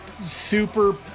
super